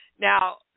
Now